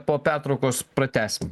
po pertraukos pratęsim